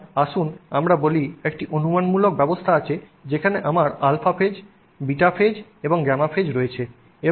সুতরাং আসুন আমরা বলি একটি অনুমানমূলক ব্যবস্থা আছে যেখানে আমার α ফেজ α phase β ফেজ β phase এবং γ ফেজ γ phase রয়েছে